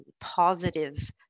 positive